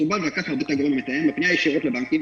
--- גורם מתאם בפנייה ישירות לבנקים.